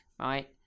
right